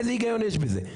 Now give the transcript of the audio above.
איזה היגיון יש בזה?